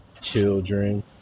children